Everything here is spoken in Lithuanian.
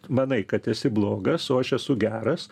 manai kad esi blogas o aš esu geras